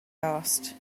asked